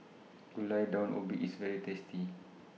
Gulai Daun Ubi IS very tasty